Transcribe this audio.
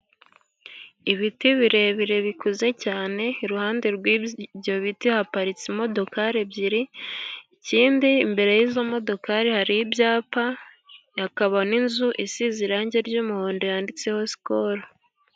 Ibiti birebire bikuze cyane. Iruhande rw'ibyo biti haparitse imodoka ebyiri. Ikindi imbere y'izo modoka hari ibyapa kabona inzu isize irangi ry'umuhondo, yanditseho Sikolo.